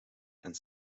and